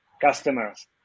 customers